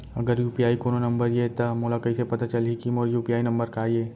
अगर यू.पी.आई कोनो नंबर ये त मोला कइसे पता चलही कि मोर यू.पी.आई नंबर का ये?